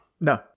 no